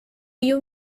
you